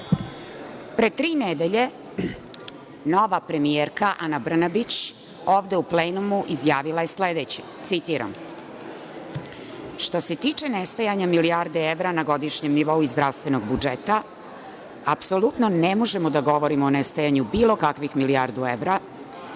tri nedelje nova premijerka Ana Brnabić ovde u plenumu izjavila je sledeće, citiram – što se tiče nestajanja milijarde evra na godišnjem nivou iz zdravstvenog budžeta, apsolutno ne možemo da govorimo o nestajanju bilo kakvih milijardu evra.